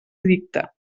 edicte